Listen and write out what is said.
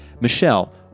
Michelle